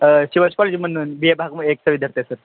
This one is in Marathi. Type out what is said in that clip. म्हणून बीए भाग एकचा विद्यार्थी आहे सर